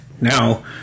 Now